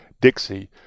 Dixie